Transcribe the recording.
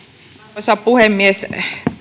arvoisa puhemies